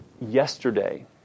yesterday